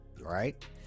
Right